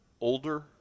older